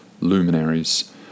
luminaries